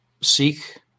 seek